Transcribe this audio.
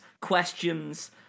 questions